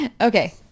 Okay